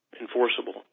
enforceable